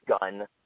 gun